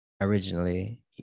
originally